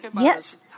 yes